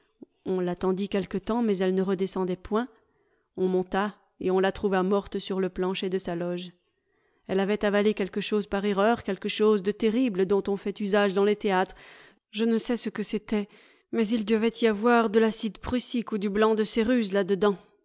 on l'attendit quelque temps mais elle ne redescendait point on monta et on la trouva morte sur le plancher de sa loge elle avait avalé quelque chose par erreur quelque chose de terrible dont on fait usage dans les théâtres je ne sais ce que c'était mais il devait y avoir de l'acide prussique ou du blanc de céruse là-dedans